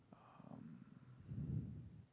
um